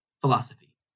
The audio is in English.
philosophy